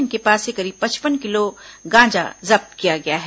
इनके पास से करीब पचपन किलो गांजा जब्त किया गया है